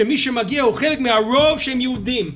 שמי שמגיע הוא חלק מהרוב שהם יהודים,